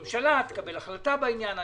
יצטרכו לקבל החלטה.